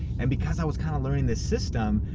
and because i was kinda learning this system,